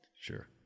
Sure